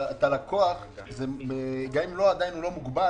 הלקוח לא מוגבל,